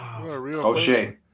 O'Shea